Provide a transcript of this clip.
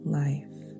life